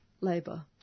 labour